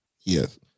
Yes